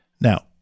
Now